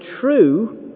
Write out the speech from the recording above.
true